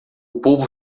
povo